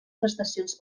prestacions